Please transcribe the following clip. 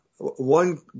One